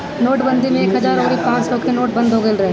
नोटबंदी में एक हजार अउरी पांच सौ के नोट बंद हो गईल रहे